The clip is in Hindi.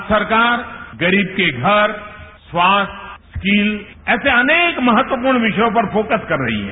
आज सरकार गरीब के घर स्वास्थ्य स्किल ऐसे अनेक महत्वपूर्ण विषयों पर फोकस कर रही है